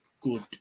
good